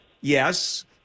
yes